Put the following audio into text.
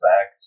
back